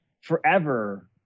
forever